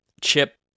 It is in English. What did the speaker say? chip